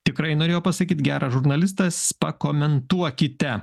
tikrai norėjo pasakyt geras žurnalistas pakomentuokite